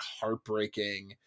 heartbreaking